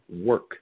work